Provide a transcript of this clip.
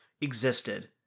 existed